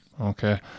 Okay